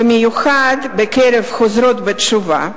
במיוחד בקרב החוזרות בתשובה.